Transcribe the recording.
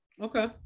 Okay